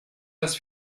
das